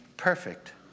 perfect